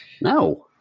No